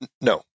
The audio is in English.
No